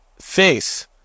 face